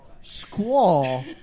Squall